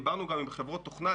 דיברנו גם עם חברות תוכנה,